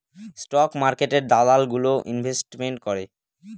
stock মার্কেটে দালাল গুলো ইনভেস্টমেন্ট করে